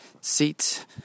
seats